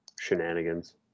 shenanigans